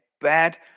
bad